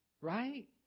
right